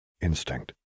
Instinct